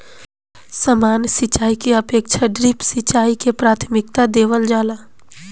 सामान्य सिंचाई के अपेक्षा ड्रिप सिंचाई के प्राथमिकता देवल जाला